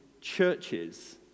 churches